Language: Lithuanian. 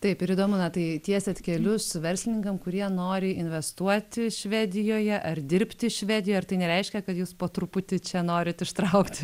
taip ir įdomu na tai tiesiat kelius verslininkam kurie nori investuoti švedijoje ar dirbti švedijoj ar tai nereiškia kad jūs po truputį čia norit ištraukti